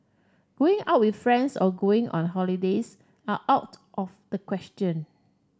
going out with friends or going on holidays are out of the question